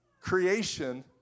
creation